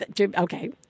okay